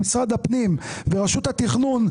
משרד הפנים וברשות התכנון,